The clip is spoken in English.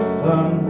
sun